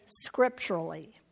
scripturally